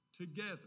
together